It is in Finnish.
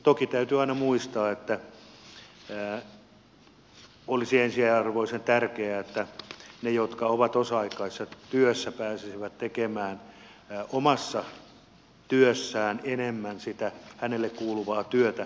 toki täytyy aina muistaa että olisi ensiarvoisen tärkeää että ne jotka ovat osa aikaisessa työssä pääsisivät tekemään omassa työssään enemmän sitä heille kuuluvaa työtä